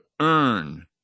earn